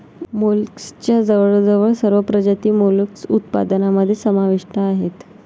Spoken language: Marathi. मोलस्कच्या जवळजवळ सर्व प्रजाती मोलस्क उत्पादनामध्ये समाविष्ट आहेत